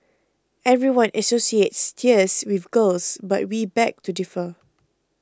everyone associates tears with girls but we beg to differ